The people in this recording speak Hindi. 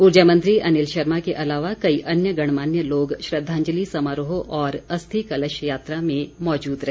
ऊर्जा मंत्री अनिल शर्मा के अलावा कई अन्य गणमान्य लोग श्रद्धांजलि समारोह और अस्थि कलश यात्रा में मौजूद रहे